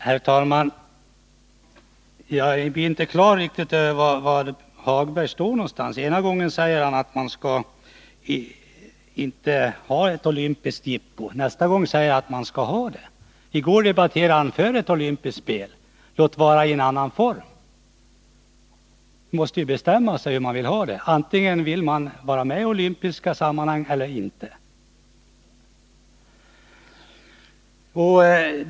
Herr talman! Jag blir inte riktigt klar över var Lars-Ove Hagberg står någonstans. Ena gången säger han att man inte skall ha ett olympiskt jippo, och nästa gång säger han att man skall ha det. I går pläderade han för olympiska spel, låt vara i en annan form. Han måste bestämma sig hur han vill ha det. Antingen vill han vara med i olympiska sammanhang eller inte.